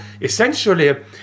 essentially